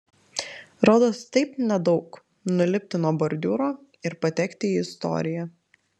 rodos taip nedaug nulipti nuo bordiūro ir patekti į istoriją